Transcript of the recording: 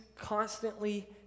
constantly